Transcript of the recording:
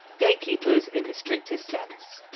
gatekeepers in the strictest sense.